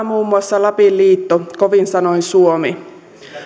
muun muassa lapin liitto kovin sanoin suomi